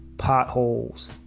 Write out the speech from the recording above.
potholes